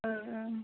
ओं ओं